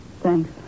Thanks